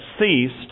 ceased